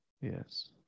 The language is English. Yes